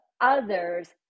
others